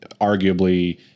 arguably